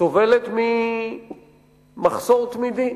סובלת ממחסור תמידי.